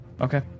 Okay